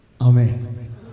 Amen